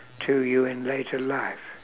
to you in later life